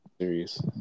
Serious